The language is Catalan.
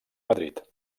madrid